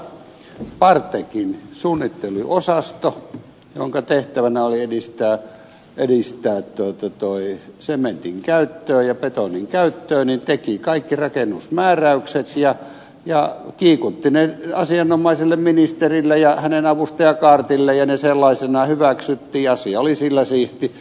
aikoinansa partekin suunnitteluosasto jonka tehtävänä oli edistää sementin käyttöä ja betonin käyttöä teki kaikki rakennusmääräykset ja kiikutti ne asianomaiselle ministerille ja hänen avustajakaartilleen ja ne sellaisinaan hyväksyttiin ja asia oli sillä siisti